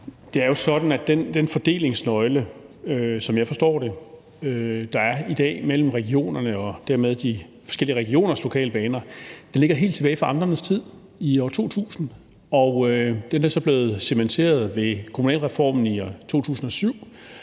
den fordelingsnøgle, der er i dag mellem regionerne og dermed de forskellige regioners lokalbaner, stammer helt tilbage fra amternes tid i år 2000, og den er så blevet cementeret med kommunalreformen i 2007.